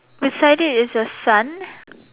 beside it is the sun